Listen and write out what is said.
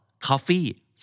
coffee